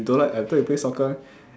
don't like I thought you play soccer [one]